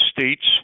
States